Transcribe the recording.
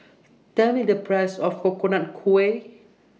Tell Me The Price of Coconut Kuih